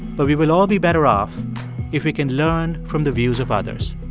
but we will all be better off if we can learn from the views of others.